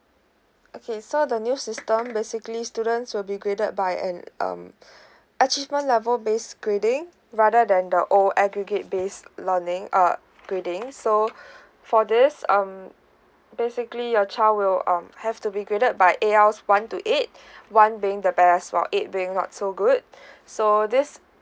okay so the new system basically students will be graded by an um achievement level base grading rather than the old aggregate based learning uh grading so for this um basically your child will um have to be graded by A_L's one to eight one being the best while eight being not so good so these